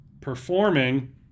performing